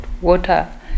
water